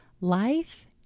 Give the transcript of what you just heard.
Life